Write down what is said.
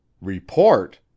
Report